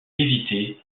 évité